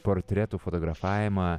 portretų fotografavimą